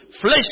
flesh